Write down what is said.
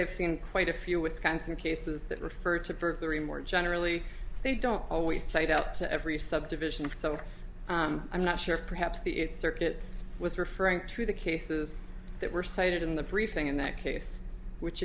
i've seen quite a few wisconsin cases that refer to burglary more generally they don't always cite out to every subdivision so i'm not sure perhaps the it's circuit was referring to the cases that were cited in the briefing in that case which